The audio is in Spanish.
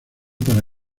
para